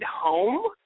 home